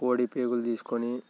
కోడి పేగులు తీసుకొని